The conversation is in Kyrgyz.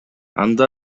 анда